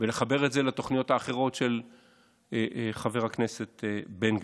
ולחבר את זה לתוכניות אחרות של חבר הכנסת בן גביר.